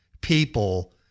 people